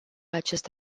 acest